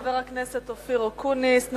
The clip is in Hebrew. חבר הכנסת אופיר אקוניס.